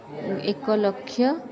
ଏକ ଲକ୍ଷ